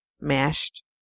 mashed